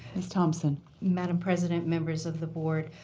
ms. thompson. madam president, members of the board,